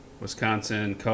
Wisconsin